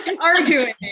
arguing